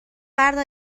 بردار